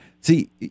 See